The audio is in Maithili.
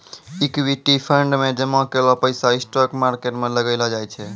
इक्विटी फंड मे जामा कैलो पैसा स्टॉक मार्केट मे लगैलो जाय छै